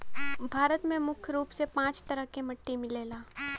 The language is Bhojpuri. भारत में मुख्य रूप से पांच तरह क मट्टी मिलला